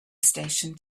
station